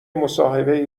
مصاحبه